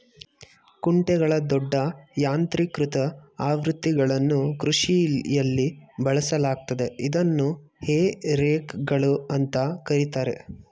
ಕುಂಟೆಗಳ ದೊಡ್ಡ ಯಾಂತ್ರೀಕೃತ ಆವೃತ್ತಿಗಳನ್ನು ಕೃಷಿಯಲ್ಲಿ ಬಳಸಲಾಗ್ತದೆ ಇದನ್ನು ಹೇ ರೇಕ್ಗಳು ಅಂತ ಕರೀತಾರೆ